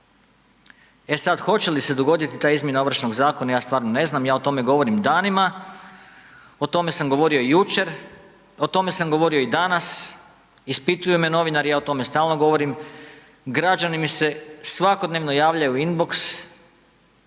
E sada hoće li se dogoditi da izmjena Ovršnog zakona, ja stvarno ne znam, ja o tome govorim danima, o tome sam govorio i jučer, o tome sam govorio i danas. Ispituju me novinari, ja o tome stalno govorim, građani mi se svakodnevno javljaju inbox,